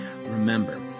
Remember